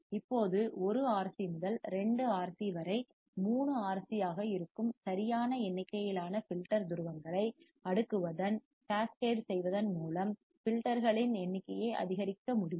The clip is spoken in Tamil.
இப்போது 1 RC முதல் 2 RC வரை 3 RC ஆக இருக்கும் சரியான எண்ணிக்கையிலான ஃபில்டர் துருவங்களை போல்களை அடுக்குவதன் கேஸ் கேட் மூலம் ஃபில்டர்களின் எண்ணிக்கையை அதிகரிக்க முடியும்